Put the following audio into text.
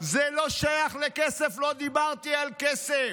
לא דיברתי על כסף.